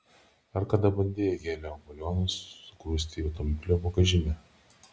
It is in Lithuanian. ar kada bandei helio balionus sugrūsti į automobilio bagažinę